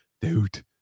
dude